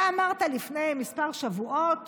אתה אמרת לפני כמה שבועות